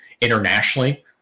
internationally